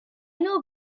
know